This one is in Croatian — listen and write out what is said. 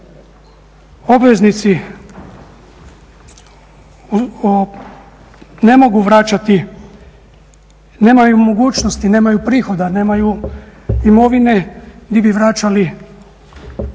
obveznici ne mogu vraćati, nemaju mogućnosti, nemaju prihoda, nemaj imovine di bi vraćali